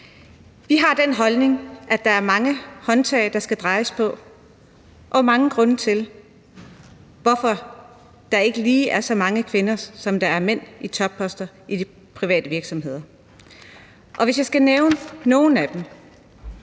Vi har den holdning, at der er mange håndtag, der skal drejes på, og der er mange grunde til, hvorfor der ikke lige er så mange kvinder, som der er mænd, i topposter i de private virksomheder. Jeg vil nævne nogle af dem: